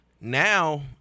now